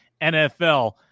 NFL